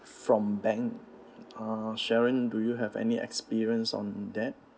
from bank uh sharon do you have any experience on that